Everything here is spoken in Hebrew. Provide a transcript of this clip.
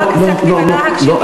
ורק עסקתי בלהג של מילים?